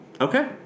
Okay